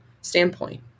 standpoint